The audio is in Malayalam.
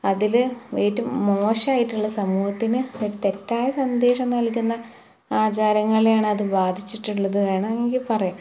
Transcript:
അതിൽ ഏറ്റവും മോശമായിട്ടുള്ള സമൂഹത്തിന് ഒരു തെറ്റായ സന്ദേശം നല്കുന്ന അചാരങ്ങളെ ആണ് അത് ബാധിച്ചിട്ടുള്ളത് വേണമെങ്കില് പറയാം